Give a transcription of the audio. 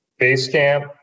Basecamp